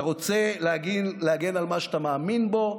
אתה רוצה להגן על מה שאתה מאמין בו,